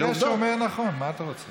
כנראה הוא אומר נכון, מה אתה רוצה.